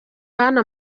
hano